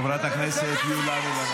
חברת הכנסת יוליה מלינובסקי.